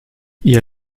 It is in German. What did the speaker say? ihr